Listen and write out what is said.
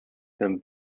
them